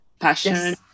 passion